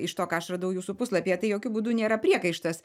iš to ką aš radau jūsų puslapyje tai jokiu būdu nėra priekaištas